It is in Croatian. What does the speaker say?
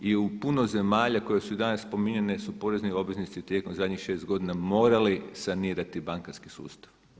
I u puno zemlja koje su danas spominjane su porezni obveznici tijekom zadnjih 6 godina morali sanirati bankarski sustav.